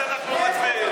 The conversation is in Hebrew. אני יודע שאנחנו מצביעים.